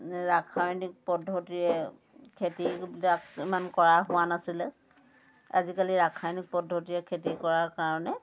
ৰাসায়নিক পদ্ধতিৰে খেতিবিলাক ইমান কৰা হোৱা নাছিলে আজিকালি ৰাসায়নিক পদ্ধতিৰে খেতি কৰাৰ কাৰণে